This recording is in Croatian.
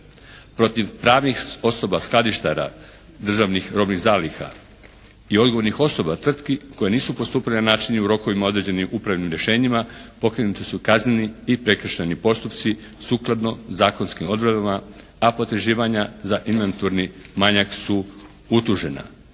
Protiv pravih osoba skladištara državnih robnih zaliha i odgovornih osoba tvrtki koje nisu postupile na način i u rokovima određenim upravnim rješenjima pokrenuti su kazneni i prekršajni postupci sukladno zakonskim odredbama, a potraživanja za inventurni manjak su utužena.